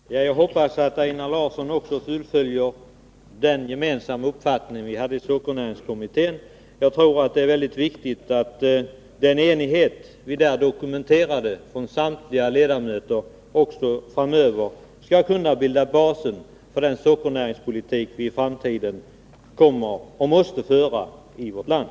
Herr talman! Jag hoppas att Einar Larsson också följer upp den gemensamma uppfattning som vi hade i sockernäringskommittén. Det är mycket viktigt att den enighet som vi där dokumenterade från samtliga ledamöter också framöver skall kunna bilda basen för den sockernäringspolitik som vi i framtiden måste föra i vårt land.